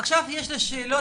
עכשיו יש לי שאלות